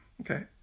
Okay